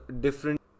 different